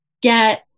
get